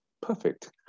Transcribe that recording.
Perfect